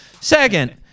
second